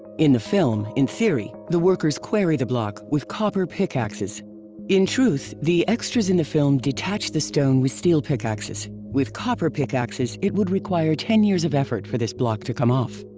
in the film, in theory, the workers quarry the block with copper pickaxes in truth, the extras in the film detach the stone with steel pickaxes. with copper pickaxes it would require ten years of effort for this block to come off!